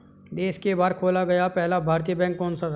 देश के बाहर खोला गया पहला भारतीय बैंक कौन सा था?